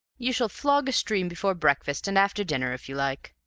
you shall flog a stream before breakfast and after dinner, if you like.